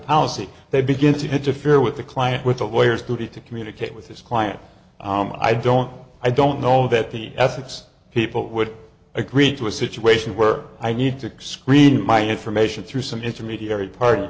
policy they begin to have to fear with the client with the lawyers duty to communicate with his client i don't i don't know that the ethics people would agree to a situation where i need to screen my information through some intermediary